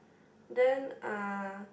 then ah